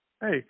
Hey